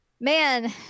man